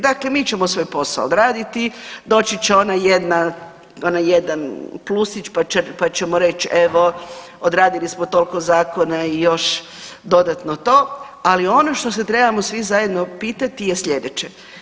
Dakle, mi ćemo svoj posao odraditi doći će ona jedna, onaj jedan plusić pa ćemo reći evo odradili smo toliko zakona i još dodatno to, ali ono što se trebamo svi zajedno pitati je slijedeće.